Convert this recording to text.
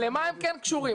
למה הם כן קשורים,